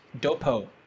Dopo